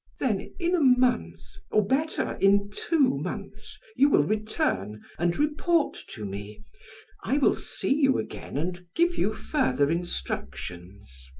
then in a month, or better, in two months you will return and report to me i will see you again and give you further instructions.